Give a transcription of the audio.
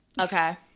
okay